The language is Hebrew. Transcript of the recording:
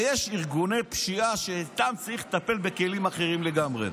ויש ארגוני פשיעה שבהם צריך לטפל בכלים אחרים לגמרי.